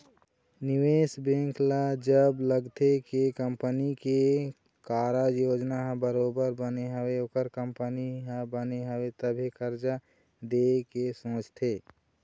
निवेश बेंक ल जब लगथे के कंपनी के कारज योजना ह बरोबर बने हवय ओखर कंपनी ह बने हवय तभे करजा देय के सोचथे